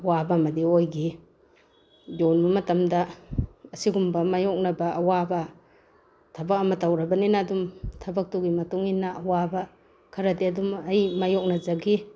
ꯑꯋꯥꯕ ꯑꯃꯗꯤ ꯑꯣꯏꯈꯤ ꯌꯣꯟꯕ ꯃꯇꯝꯗ ꯑꯁꯤꯒꯨꯝꯕ ꯃꯥꯏꯌꯣꯛꯅꯕ ꯑꯋꯥꯕ ꯊꯕꯛ ꯑꯃ ꯇꯧꯔꯕꯅꯤꯅ ꯑꯗꯨꯝ ꯊꯕꯛꯇꯨꯒꯤ ꯃꯇꯨꯡ ꯏꯟꯅ ꯑꯋꯥꯕ ꯈꯔꯗꯤ ꯑꯗꯨꯝ ꯑꯩ ꯃꯥꯏꯌꯣꯛꯅꯖꯈꯤ